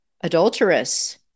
adulterous